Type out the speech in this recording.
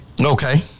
Okay